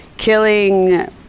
Killing